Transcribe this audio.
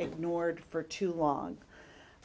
ignored for too long